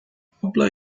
poble